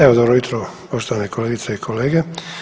Evo dobro jutro poštovane kolegice i kolege.